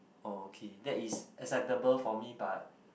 oh okay that is acceptable for me but